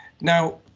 now